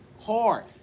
hard